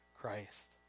Christ